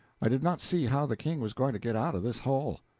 i did not see how the king was going to get out of this hole.